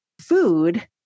food